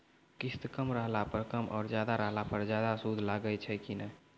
किस्त कम रहला पर कम और ज्यादा रहला पर ज्यादा सूद लागै छै कि नैय?